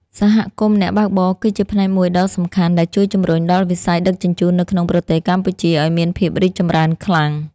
សហគមន៍អ្នកបើកបរគឺជាផ្នែកមួយដ៏សំខាន់ដែលជួយជំរុញដល់វិស័យដឹកជញ្ជូននៅក្នុងប្រទេសកម្ពុជាឱ្យមានភាពរីកចម្រើនខ្លាំង។